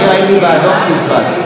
אני ראיתי באדום שהצבעת.